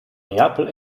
neapel